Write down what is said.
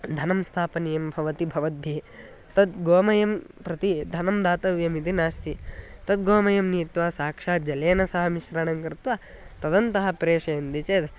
धनं स्थापनीयं भवति भवद्भिः तद् गोमयं प्रति धनं दातव्यम् इति नास्ति तद् गोमयं नीत्वा साक्षात् जलेन सह मिश्रणं कृत्वा तदन्तः प्रेषयन्ति चेत्